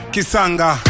Kisanga